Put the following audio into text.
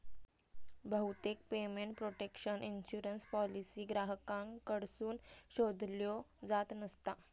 बहुतेक payment protection insurance policy ग्राहकांकडसून शोधल्यो जात नसता